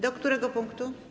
Do którego punktu?